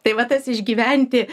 tai va tas išgyventi